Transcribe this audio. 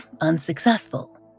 unsuccessful